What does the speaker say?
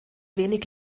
wenig